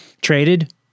traded